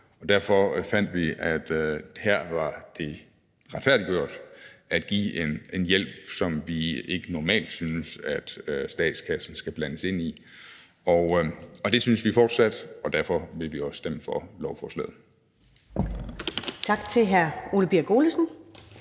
Derfor fandt vi, at det her var retfærdiggjort at give en hjælp, som vi ikke normalt synes at statskassen skal blandes ind i. Det synes vi fortsat, og derfor vil vi også stemme for lovforslaget.